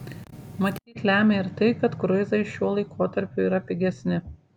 matyt lemia ir tai kad kruizai šiuo laikotarpiu yra pigesni